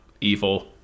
evil